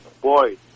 boy